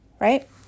right